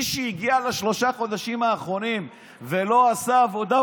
מי שהגיע לשלושה חודשים האחרונים ולא עשה עבודה,